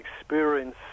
experience